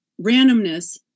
randomness